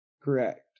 correct